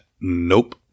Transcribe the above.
nope